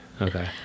okay